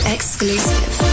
Exclusive